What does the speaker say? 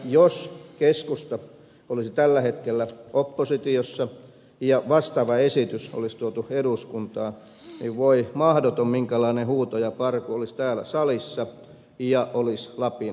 jos keskusta olisi tällä hetkellä oppositiossa ja vastaava esitys olisi tuotu eduskuntaan niin voi mahdoton minkälainen huuto ja parku olisi täällä salissa ja olisi lapin läänissäkin